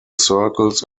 circles